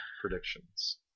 predictions